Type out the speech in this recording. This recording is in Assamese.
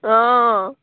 অঁ